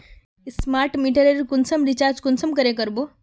Smart मीटरेर कुंसम recharge कुंसम करे का बो?